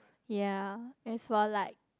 yea is more like